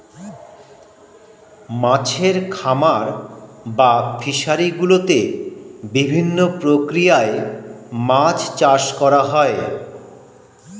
মাছের খামার বা ফিশারি গুলোতে বিভিন্ন প্রক্রিয়ায় মাছ চাষ করা হয়